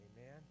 Amen